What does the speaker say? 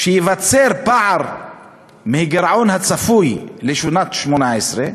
ייווצר פער מהגירעון הצפוי לשנת 2018,